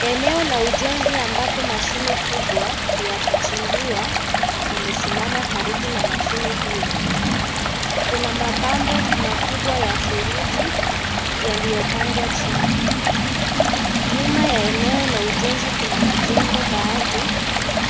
Eneo la ujenzi ambapo mashine kubwa ya kuchimbua imesimama. Karibu na mashine hiyo kuna mapambo makubwa ya seruji yaliyopangwa chini. Nyuma ya eneo la ujenzi kuna majengo baadhi